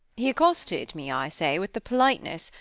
he accosted me, i say, with the politeness,